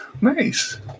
Nice